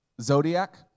Zodiac